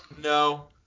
No